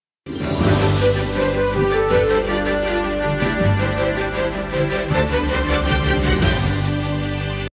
Дякую.